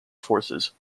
forces